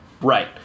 Right